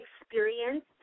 experience